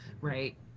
right